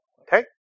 Okay